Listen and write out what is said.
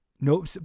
Nope